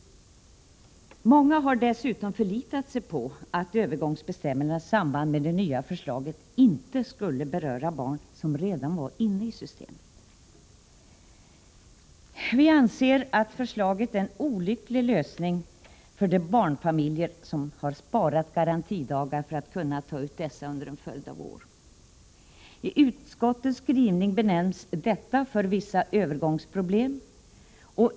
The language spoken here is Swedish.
Många har dessutom förlitat sig på att övergångsbestämmelserna i samband med det nya förslaget inte skulle beröra barn som redan var inne i systemet. Vi anser att förslaget är en olycklig lösning för de barnfamiljer som har sparat garantidagar för att kunna ta ut dessa under en följd av år. I utskottets skrivning benämns detta vissa övergångsproblem.